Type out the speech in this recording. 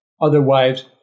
Otherwise